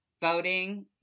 voting